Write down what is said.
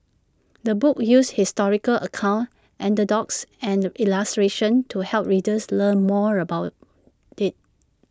the book uses historical accounts anecdotes and illustrations to help readers learn more about IT